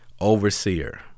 Overseer